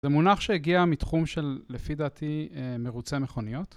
זה מונח שהגיע מתחום של, לפי דעתי, מרוצי מכוניות.